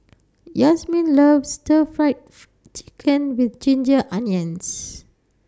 Yasmine loves Stir Fried Chicken with Ginger Onions